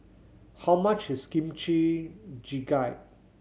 how much is Kimchi Jjigae